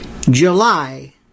July